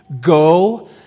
go